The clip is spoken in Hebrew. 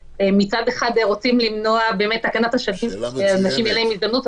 מצד אחד אנחנו באמת רוצים שלאנשים תהיה הזדמנות,